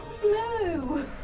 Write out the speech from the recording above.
Blue